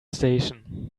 station